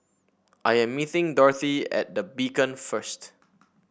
I am meeting Dorthey at The Beacon first